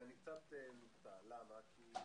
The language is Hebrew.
האם הוא בסופו של דבר, למרות שהוא